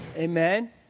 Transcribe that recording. Amen